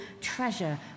treasure